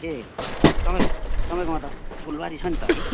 ए तपाईँ तपाईँकोमा त फुलबारी छ नि त है